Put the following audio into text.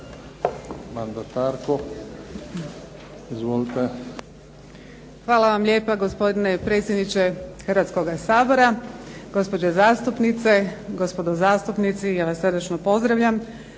Jadranka (HDZ)** Hvala vam lijepa gospodine predsjedniče Hrvatskog sabora. Gospođe zastupnice, gospodo zastupnici ja vas sve srdačno pozdravljam